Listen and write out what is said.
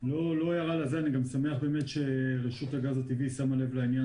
אני שמח שרשות הגז הטבעי שמה לב לעיין